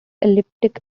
elliptic